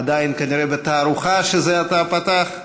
הוא עדיין כנראה בתערוכה שזה עתה פתח,